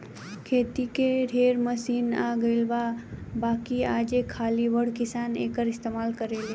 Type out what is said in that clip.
खेती के ढेरे मशीन आ गइल बा बाकिर आजो खाली बड़ किसान एकर इस्तमाल करेले